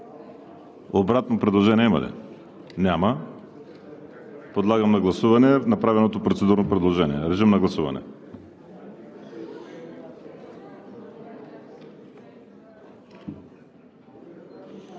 Обратно предложение има ли? Няма. Подлагам на гласуване направеното процедурно предложение. Гласували